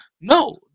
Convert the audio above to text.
no